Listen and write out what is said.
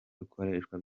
rukoreshwa